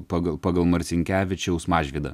pagal pagal marcinkevičiaus mažvydą